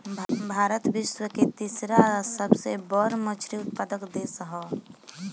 भारत विश्व के तीसरा सबसे बड़ मछली उत्पादक देश ह